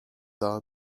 daha